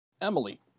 Emily